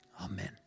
Amen